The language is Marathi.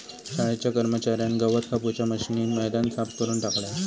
शाळेच्या कर्मच्यार्यान गवत कापूच्या मशीनीन मैदान साफ करून टाकल्यान